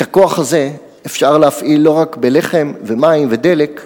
את הכוח הזה אפשר להפעיל לא רק בלחם ומים ודלק,